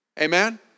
Amen